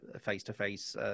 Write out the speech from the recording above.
face-to-face